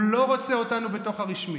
הוא לא רוצה אותנו בתוך הרשמי.